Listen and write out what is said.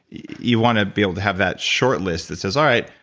you want to be able to have that shortlist that says, all right,